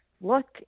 look